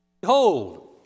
behold